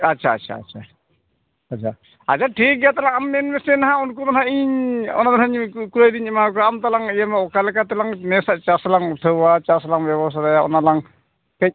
ᱟᱪᱪᱷᱟ ᱟᱪᱪᱷᱟ ᱟᱪᱪᱷᱟ ᱟᱪᱪᱷᱟ ᱟᱪᱪᱷᱟ ᱴᱷᱤᱠ ᱜᱮᱭᱟ ᱛᱟᱞᱟᱝ ᱟᱢ ᱢᱮᱱ ᱢᱮᱥᱮ ᱱᱟᱜ ᱩᱱᱠᱩ ᱫᱚ ᱱᱟᱜ ᱤᱧ ᱚᱱᱟ ᱫᱚ ᱱᱟᱜ ᱤᱧ ᱠᱩᱲᱟᱹᱭᱫᱚᱧ ᱮᱢᱟᱣ ᱠᱚᱣᱟ ᱟᱢ ᱛᱟᱞᱟᱝ ᱤᱭᱟᱹ ᱚᱠᱟ ᱞᱮᱠᱟ ᱛᱮᱞᱟᱝ ᱱᱮᱥᱟᱜ ᱪᱟᱥᱞᱟᱝ ᱩᱴᱷᱟᱹᱣᱟ ᱪᱟᱥᱞᱟᱝ ᱵᱮᱵᱚᱥᱛᱟᱭᱟ ᱚᱱᱟ ᱞᱟᱝ ᱠᱟᱹᱡ